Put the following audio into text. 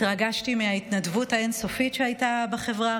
התרגשתי מההתנדבות האין-סופית שהייתה בחברה.